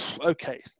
Okay